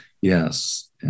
Yes